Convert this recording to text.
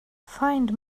find